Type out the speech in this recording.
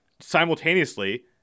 simultaneously